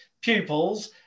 pupils